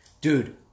Dude